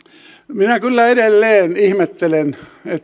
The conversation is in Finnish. minä kyllä edelleen ihmettelen